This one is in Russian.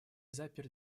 запер